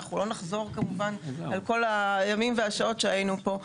אנחנו לא נחזור כמובן על כל הימים והשעות שהיינו פה,